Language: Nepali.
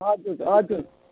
हजुर हजुर